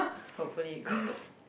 hopefully it goes